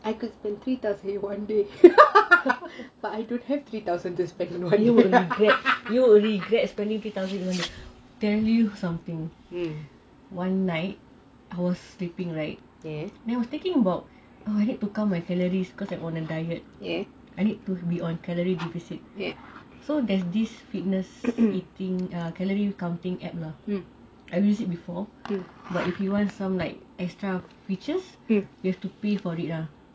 you will regret spending three thousand in one day I tell you something one night I was sleeping right then I was thinking !wah! I hate to count my calories cause I'm on a diet I need to be on calorie deficit so there's this fitness eating err calorie counting app lah I used it before but if you want some like extra features you have to pay for it lah okay